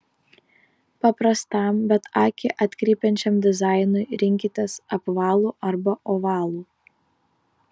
paprastam bet akį atkreipiančiam dizainui rinkitės apvalų arba ovalų